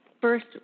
First